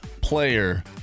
player